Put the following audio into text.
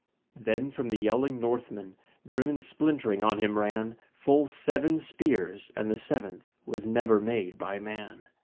then from the yelling northmen driven splintering on him ran full seven spears, and the seventh was never made by man.